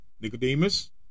Nicodemus